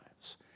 lives